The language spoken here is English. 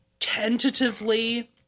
tentatively